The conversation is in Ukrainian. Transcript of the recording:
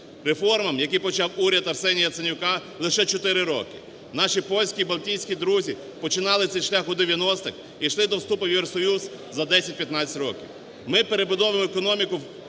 Реформам, який почав уряд Арсенія Яценюка лише 4 роки. Наші польські, балтійські друзі починали цей шлях у 90-х, ішли до вступу в Євросоюз за 10-15 років. Ми перебудовуємо економіку в